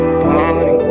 party